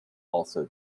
also